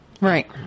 Right